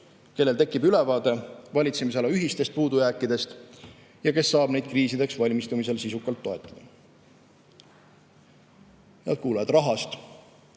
kellel tekib ülevaade valitsemisala ühistest puudujääkidest ja kes saab neid kriisideks valmistumisel sisukalt toetada. Head kuulajad! Rahast.